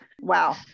Wow